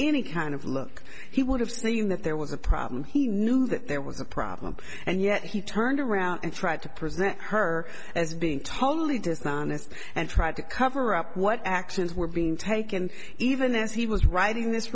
any kind of look he would have seen that there was a problem he knew that there was a problem and yet he turned around and tried to present her as being totally dishonest and tried to cover up what actions were being taken even as he was writing this